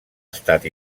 estat